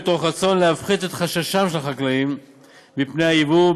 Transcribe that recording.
מתוך רצון להפחית את חששם של החקלאים מפני היבוא,